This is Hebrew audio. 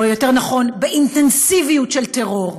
או יותר נכון, באינטנסיביות של טרור.